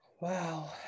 wow